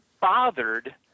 bothered